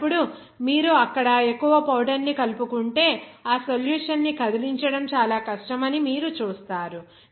అలాంటప్పుడు మీరు అక్కడ ఎక్కువ పౌడర్ ని కలుపుకుంటే ఆ సొల్యూషన్ ని కదిలించడం చాలా కష్టమని మీరు చూస్తారు